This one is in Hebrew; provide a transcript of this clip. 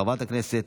של חברי הכנסת